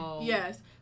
Yes